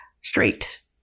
straight